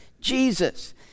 Jesus